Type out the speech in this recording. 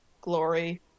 glory